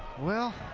well,